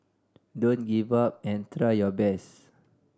don't give up and try your best